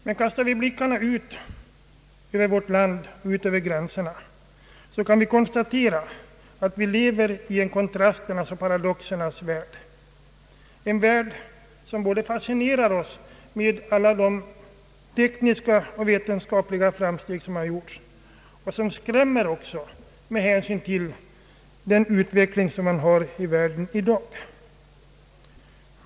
Men kastar vi blickarna ut över vårt lands gränser kan vi konstatera att vi lever i en kontrasternas och paradoxernas värld, en värld som både fascinerar oss med alla de tekniska och vetenskapliga framsteg som har gjorts och skrämmer oss med hänsyn till den utveckling som pågår i världen i dag.